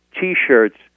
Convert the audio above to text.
T-shirts